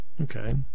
Okay